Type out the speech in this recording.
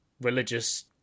religious